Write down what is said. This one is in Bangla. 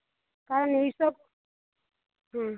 কারণ ওইসব হুম